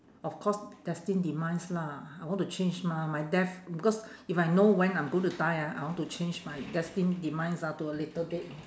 of course destined demise lah I want to change mah my death because if I know when I'm going to die ah I want to change my destined demise ah to a later date